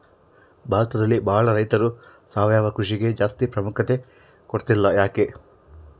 ಭಾರತದಲ್ಲಿ ಬಹಳ ರೈತರು ಸಾವಯವ ಕೃಷಿಗೆ ಜಾಸ್ತಿ ಪ್ರಾಮುಖ್ಯತೆ ಕೊಡ್ತಿಲ್ಲ ಯಾಕೆ?